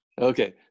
Okay